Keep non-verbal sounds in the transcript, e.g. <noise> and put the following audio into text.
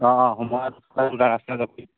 অঁ অঁ <unintelligible>